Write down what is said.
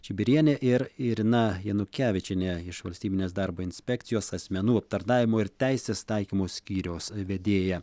čibirienė ir irina janukevičienė iš valstybinės darbo inspekcijos asmenų aptarnavimo ir teisės taikymo skyriaus vedėja